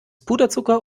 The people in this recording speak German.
puderzucker